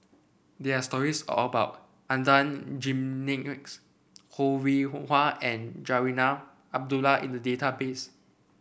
there are stories about Adan Jimenez Ho Rih Hwa and Zarinah Abdullah in the database